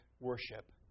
Worship